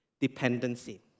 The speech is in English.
dependency